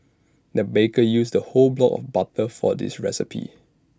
the baker used A whole block of butter for this recipe